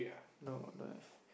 no don't have